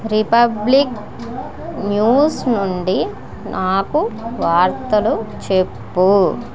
republic News నుండి నాకు వార్తలు చెప్పు